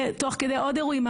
ותוך כדי עוד אירועים,